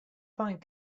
find